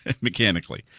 mechanically